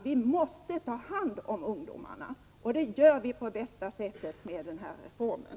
Vi måste ta hand om ungdomarna, och det gör vi på bästa sätt med den här reformen.